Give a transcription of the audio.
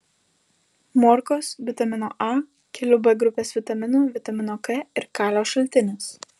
morkos vitamino a kelių b grupės vitaminų vitamino k ir kalio šaltinis